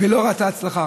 ולא ראתה הצלחה.